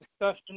discussion